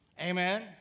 Amen